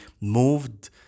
moved